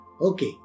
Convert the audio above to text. Okay